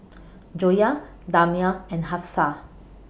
Joyah Damia and Hafsa